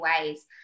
ways